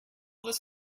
this